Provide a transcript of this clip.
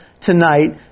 tonight